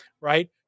right